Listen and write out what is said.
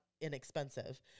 inexpensive